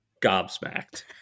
gobsmacked